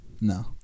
No